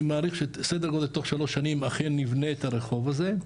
אני מעריך שסדר גודל בתוך שלוש שנים אכן נבנה את הרחוב הזה,